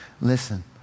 Listen